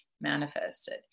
manifested